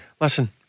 listen